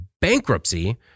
bankruptcy